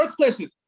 workplaces